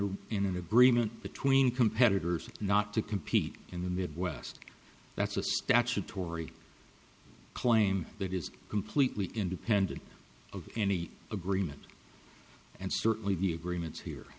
know in an agreement between competitors not to compete in the midwest that's a statutory claim that is completely independent of any agreement and certainly the agreements here